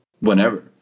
Whenever